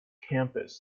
campus